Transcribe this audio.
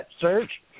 search